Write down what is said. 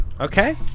Okay